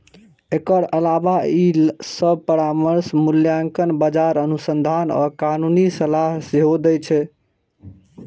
एकर अलावे ई सभ परामर्श, मूल्यांकन, बाजार अनुसंधान आ कानूनी सलाह सेहो दै छै